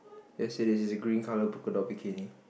yes it is a green colour polka dot bikini